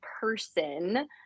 person